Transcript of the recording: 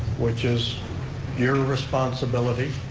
which is your responsibility,